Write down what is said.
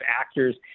actors